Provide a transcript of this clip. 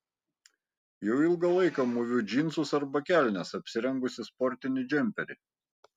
jau ilgą laiką mūviu džinsus arba kelnes apsirengusi sportinį džemperį